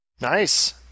Nice